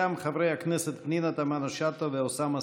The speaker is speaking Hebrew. גם חברי הכנסת פנינה תמנו שטה ואוסאמה